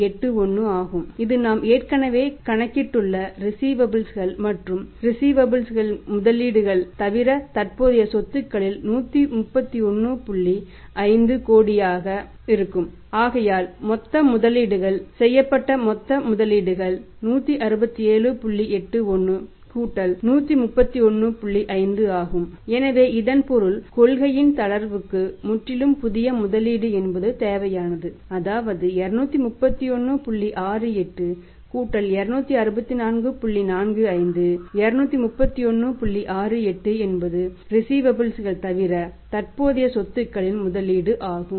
81 ஆகும் இது நாம் ஏற்கெனவே கணக்கிட்டுள்ள ரிஸீவபல்ஸ் கள் தவிர தற்போதைய சொத்துக்களின் முதலீடு ஆகும்